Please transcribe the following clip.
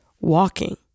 walking